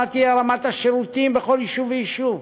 תהיה רמת השירותים בכל יישוב ויישוב.